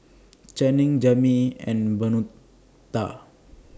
Channing Jami and Bonita